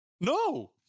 no